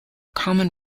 common